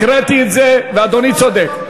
הקראתי את זה, ואדוני צודק.